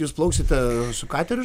jūs plauksite su kateriu